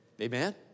Amen